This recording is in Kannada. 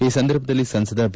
ಈ ಸಂದರ್ಭದಲ್ಲಿ ಸಂಸದ ಬಿ